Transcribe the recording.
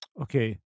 Okay